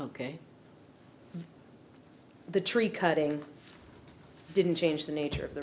ok the tree cutting didn't change the nature